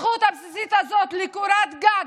הזכות הבסיסית הזאת לקורת גג,